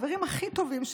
החברים הכי טובים שלי,